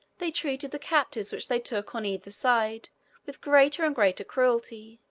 they treated the captives which they took on either side with greater and greater cruelty,